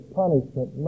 punishment